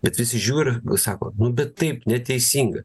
bet vis žiūri ir sako nu bet taip neteisinga